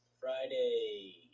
Friday